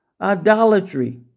Idolatry